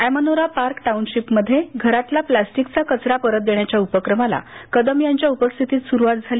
Amanora park टाऊनशिपमध्ये घरातला प्लॅस्टिकचा कचरा परत देण्याच्या उपक्रमाला कदम यांच्या उपस्थितीत सुरूवात झाली